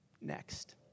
next